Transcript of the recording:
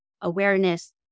awareness